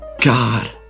god